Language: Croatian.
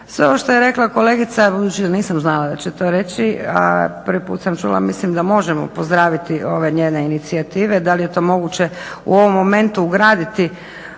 Sve ovo što je rekla kolegica budući da nisam znala da će to reći, a prvi put sam čula. Mislim da možemo pozdraviti ove njene inicijative. Da li je to moguće u ovom momentu ugraditi